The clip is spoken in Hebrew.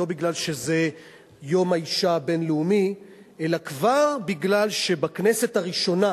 לא בגלל שזה יום האשה הבין-לאומי אלא בגלל שכבר בכנסת הראשונה,